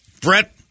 Brett